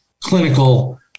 clinical